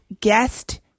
Guest